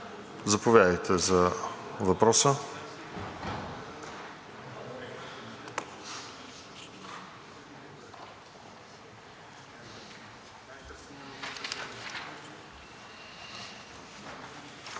Заповядайте за въпроса.